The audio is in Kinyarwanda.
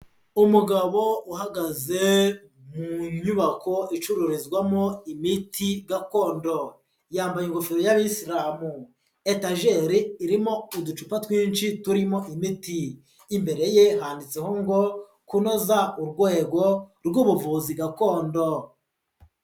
Umugabo uhagaze mu nyubako icururizwamo imiti gakondo, yambaye ingofero y'abisilamu, etajeri irimo uducupa twinshi turimo imiti, imbere ye handitseho ngo kunoza urwego rw'ubuvuzi gakondo.